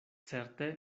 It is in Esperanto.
certe